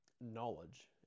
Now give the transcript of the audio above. knowledge